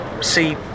see